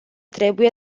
trebuie